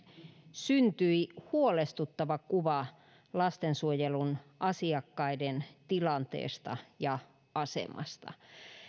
syntyi huolestuttava kuva lastensuojelun asiakkaiden tilanteesta ja asemasta